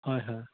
হয় হয়